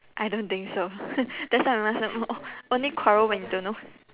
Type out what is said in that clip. I don't think so that's why I must some more only quarrel when you don't know